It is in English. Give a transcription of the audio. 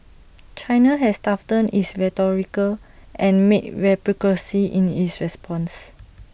China has toughened its rhetoric and made reciprocity in its response